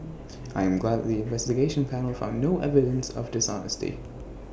I am glad that the investigation panel found no evidence of dishonesty